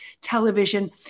television